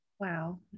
Wow